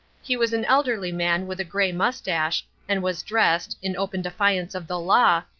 he was an elderly man with a grey moustache, and was dressed, in open defiance of the law,